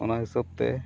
ᱚᱱᱟ ᱦᱤᱥᱟᱹᱵᱽ ᱛᱮ